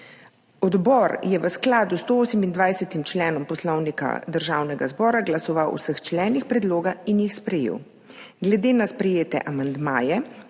Odbor je v skladu s 128. členom Poslovnika Državnega zbora glasoval o vseh členih predloga in jih sprejel. Glede na sprejete amandmaje